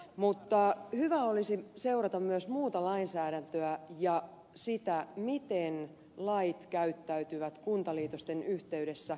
mutta hyvä olisi seurata myös muuta lainsäädäntöä ja sitä miten lait käyttäytyvät kuntaliitosten yhteydessä